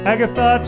Agatha